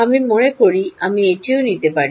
আমি মনে করি আমি এটিও নিতে পারি